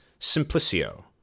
Simplicio